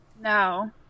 No